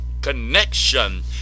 connection